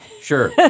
Sure